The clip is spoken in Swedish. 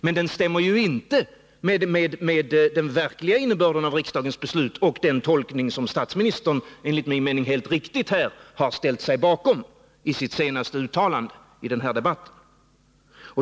Men den stämmer inte med den verkliga innebörden av riksdagens beslut och med den tolkning som statsministern, enligt min mening helt riktigt, har ställt sig bakom i sitt senaste uttalande i den här debatten.